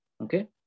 Okay